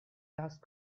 last